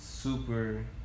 super